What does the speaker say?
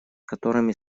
которыми